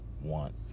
want